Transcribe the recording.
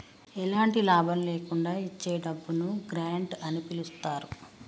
ఎలాంటి లాభం లేకుండా ఇచ్చే డబ్బును గ్రాంట్ అని పిలుత్తారు